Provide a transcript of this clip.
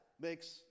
makes